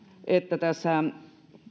että tässä